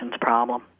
problem